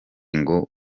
ngo